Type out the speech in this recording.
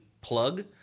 plug